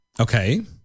Okay